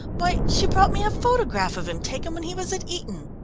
why, she brought me a photograph of him taken when he was at eton.